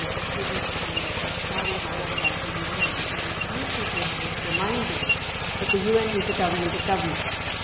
ah students, kind of, are ah starry-eyed about the un. and i'm constantly having to remind them that the un is a government of governments.